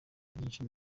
ryinshi